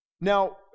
Now